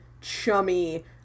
chummy